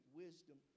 wisdom